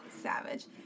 savage